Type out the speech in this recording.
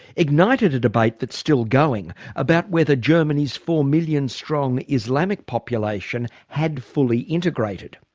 ignited a debate that's still going, about whether germany's four-million-strong islamic population had fully integrated.